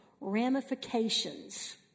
ramifications